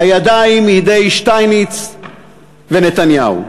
הידיים ידי שטייניץ ונתניהו.